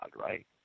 Right